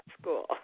school